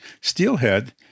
steelhead